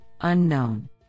unknown